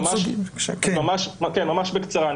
כן, ממש בקצרה.